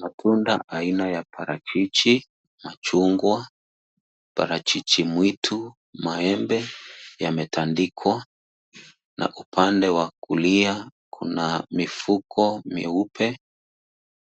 Matunda aina ya parachichi, machungwa, parachichi mwitu, maembe yametandikwa na upande wa kulia kuna mifuko mieupe